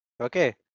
Okay